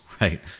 right